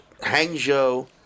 Hangzhou